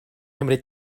cymryd